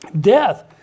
Death